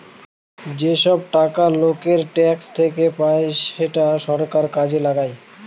যেসব টাকা লোকের ট্যাক্স থেকে পায় সেটা সরকার কাজে লাগায়